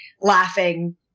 laughing